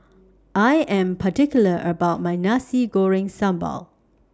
I Am particular about My Nasi Goreng Sambal